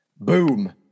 Boom